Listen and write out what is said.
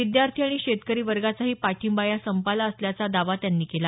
विद्यार्थी आणि शेतकरी वर्गाचाही पाठिंबा या संपाला असल्याचा दावा त्यांनी केला